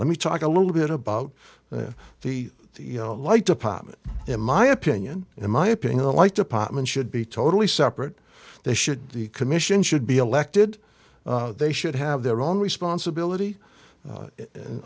let me talk a little bit about the you know like to pop it in my opinion in my opinion like department should be totally separate they should the commission should be elected they should have their own responsibility